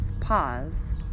pause